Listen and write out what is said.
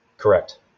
Correct